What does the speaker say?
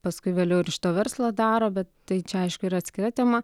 paskui vėliau ir iš to verslą daro bet tai čia aišku yra atskira tema